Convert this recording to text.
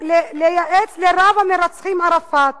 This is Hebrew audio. לייעץ לרב-המרצחים ערפאת